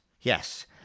yes